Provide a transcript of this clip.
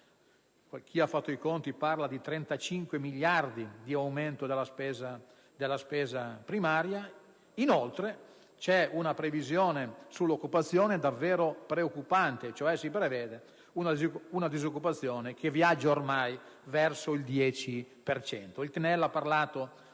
chi ha fatto i conti parla di 35 miliardi di aumento della spesa primaria. Inoltre, la previsione sull'occupazione è davvero preoccupante perché il tasso di disoccupazione viaggia ormai verso il 10